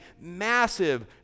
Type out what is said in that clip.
massive